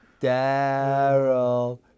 Daryl